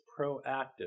proactive